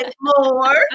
more